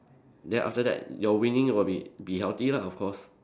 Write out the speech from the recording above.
then after that your winning will be be healthy lah of course